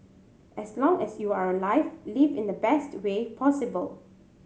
as long as you are alive live in the best way possible